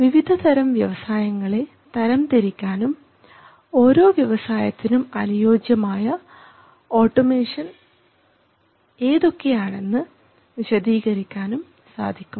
വിവിധതരം വ്യവസായങ്ങളെ തരംതിരിക്കാനും ഓരോ വ്യവസായത്തിനും അനുയോജ്യമായ ഓട്ടോമേഷൻ എന്തൊക്കെയാണെന്ന് വിശദീകരിക്കാനും സാധിക്കും